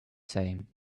same